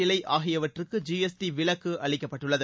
இலை ஆகியவற்றுக்கு G S T விலக்கு அளிக்கப்பட்டுள்ளது